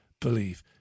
believe